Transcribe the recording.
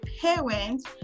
parents